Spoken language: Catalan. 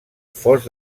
fos